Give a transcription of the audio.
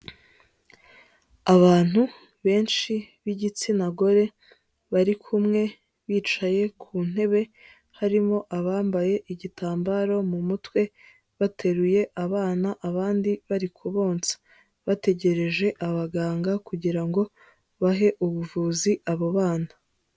Abantu benshi b'igitsina gore bar ikumwe bicaye ku ntebe, harimo abambaye igitambaro mu mutwe bateruye abana, abandi bari kubonsa bategereje abaganga kugira ngo bahe ubuvuzi abo bana.